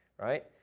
Right